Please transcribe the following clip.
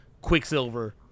quicksilver